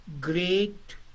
great